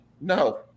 No